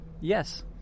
yes